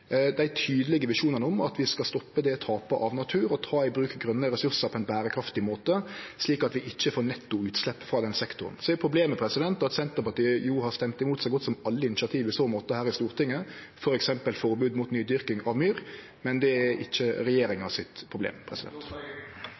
dei tydelege visjonane om at vi skal stoppe tapet av natur og ta i bruk grøne ressursar på ein berekraftig måte, slik at vi ikkje får nettoutslepp frå den sektoren. Så er problemet at Senterpartiet har stemt imot så godt som alle initiativ i så måte her i Stortinget, f.eks. forbod mot nydyrking av myr, men det er ikkje regjeringa sitt problem.